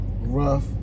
rough